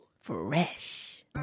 fresh